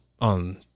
on